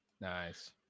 Nice